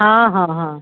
हँ हँ हँ